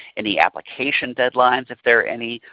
any application deadlines if there are any,